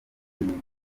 nitunga